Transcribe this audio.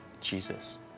Jesus